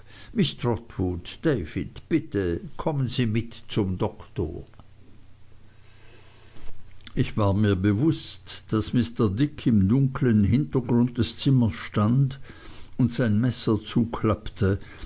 miß trotwood david bitte kommen sie mit zum doktor ich war mir bewußt daß mr dick im dunkeln hintergrund des zimmers stand und sein messer zuklappte